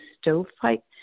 stovepipe